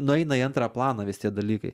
nueina į antrą planą visi tie dalykai